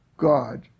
God